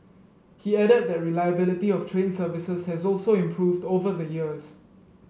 he added that reliability of train services has also improved over the years